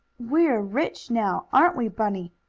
we're rich now aren't we, bunny?